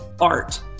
art